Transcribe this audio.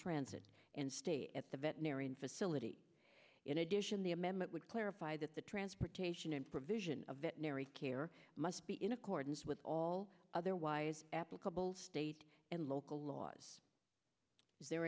transit and stay at the veterinarian facility in addition the amendment would clarify that the transportation provision a veterinary care must be in accordance with all otherwise applicable state and local laws is there